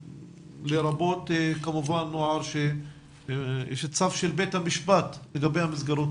לרבות כמובן נוער שיש צו של בית המשפט לגבי המסגרות